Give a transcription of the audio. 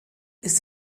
ist